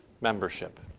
membership